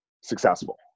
successful